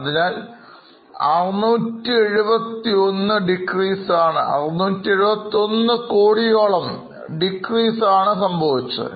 അതിനാൽ 671 Decrease ആണ് ഉണ്ടായത്